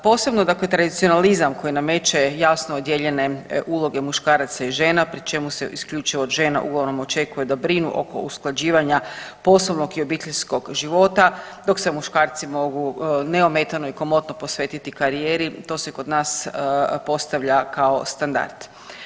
Posebno dakle tradicionalizam koji nameće jasno odijeljene uloge muškaraca i žena pri čemu se isključivo od žena ugovorom očekuje da brinu oko usklađivanja poslovnog i obiteljskog života, dok se muškarci mogu neometano i komotno posvetiti karijeri to se kod nas postavlja kao standard.